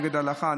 נגד ההלכה,